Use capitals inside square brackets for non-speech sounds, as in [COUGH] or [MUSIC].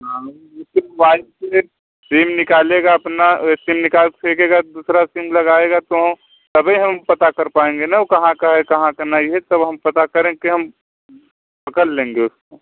हाँ [UNINTELLIGIBLE] जैसे मोबाईल से सिम निकालेगा अपना सिम निकाल फेकेगा दूसरा सिम लगाएगा तो हम तभी हम पता कर पाएंगे ना वो कहाँ का है कहाँ का नहीं है तब हम पता करें के हम पकड़ लेंगे उसको